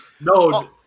No